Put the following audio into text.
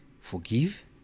forgive